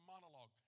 monologue